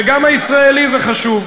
וגם "הישראלי" זה חשוב.